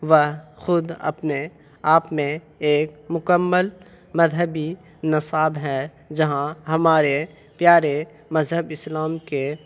وہ خود اپنے آپ میں ایک مکمل مذہبی نصاب ہے جہاں ہمارے پیارے مذہب اسلام کے